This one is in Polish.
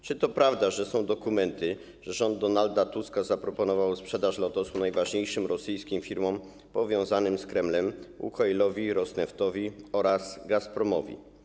Czy to prawda, że są dokumenty, że rząd Donalda Tuska zaproponował sprzedaż Lotosu najważniejszym rosyjskim firmom powiązanym z Kremlem: Łukoilowi, Rosnieftowi oraz Gazpromowi?